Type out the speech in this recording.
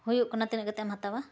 ᱦᱩᱭᱩᱜ ᱠᱟᱱᱟ ᱛᱤᱱᱟᱹᱜ ᱠᱟᱛᱮᱢ ᱦᱟᱛᱟᱣᱟ